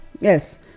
yes